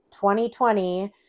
2020